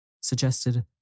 suggested